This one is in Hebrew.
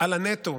על הנטו,